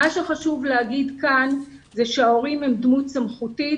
מה שחשוב לומר כאן זה שההורים הם דמות סמכותית,